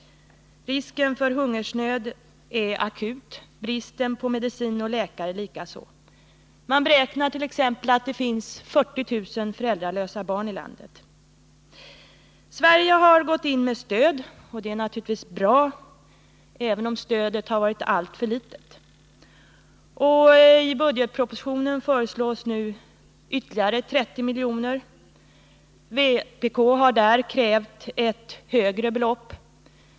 Risken för hungersnöd är akut, bristen på medicin och läkare likaså. Man beräknar t.ex. att det finns 40 000 föräldralösa barn i landet. Sverige har gått in med stöd, och det är naturligtvis bra, även om stödet har varit alltför litet. I budgetpropositionen föreslås nu ytterligare 30 milj.kr. Vpk har krävt ett högre belopp.